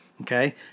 Okay